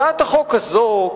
הצעת החוק הזו,